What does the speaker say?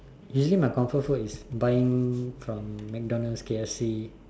usually my comfort food is buying from MacDonald's K_F_C